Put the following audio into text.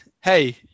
hey